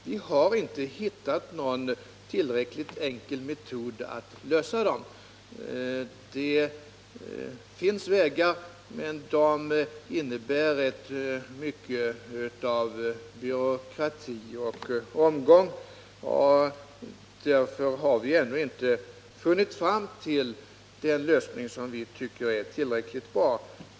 Vi har inte hittat någon tillräckligt enkel metod att lösa dem. Det finns vägar, men de innebär rätt mycket av byråkrati och omgång. Därför har vi ännu inte nått fram till den lösning som vi tycker är tillräckligt bra.